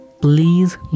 please